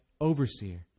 overseer